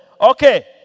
Okay